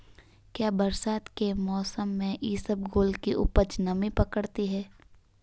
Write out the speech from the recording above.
क्या बरसात के मौसम में इसबगोल की उपज नमी पकड़ती है?